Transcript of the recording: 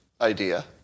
idea